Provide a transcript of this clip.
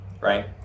right